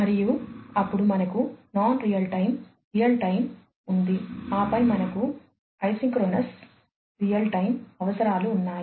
మరియు అప్పుడు మనకు non real time real time ఉంది ఆపై మనకు ఐసోక్రోనస్ రియల్ టైమ్ అవసరాలు ఉన్నాయి